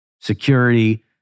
security